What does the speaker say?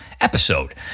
episode